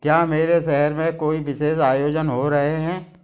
क्या मेरे शहर में कोई विशेष आयोजन हो रहे हैं